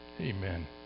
amen